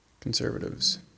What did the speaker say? conservatives